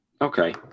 Okay